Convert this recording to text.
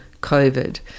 COVID